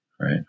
right